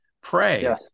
Pray